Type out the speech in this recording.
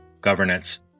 governance